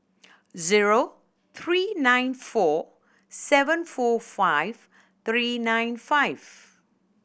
zero three nine four seven four five three nine five